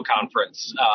conference